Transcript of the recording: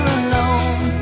alone